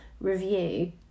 review